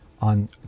on